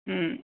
ह्म्